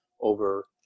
over